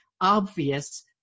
obvious